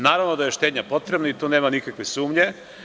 Naravno da je štednja potrebna i tu nema nikakve sumnje.